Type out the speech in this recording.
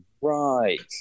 right